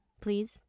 please